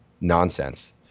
nonsense